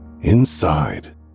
Inside